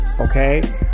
okay